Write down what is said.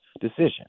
decision